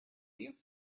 you